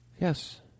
Yes